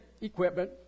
equipment